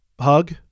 Hug